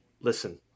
Listen